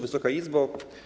Wysoka Izbo!